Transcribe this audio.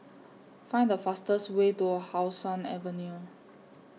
Find The fastest Way to How Sun Avenue